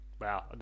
Wow